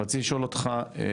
רציתי לשאול אותך,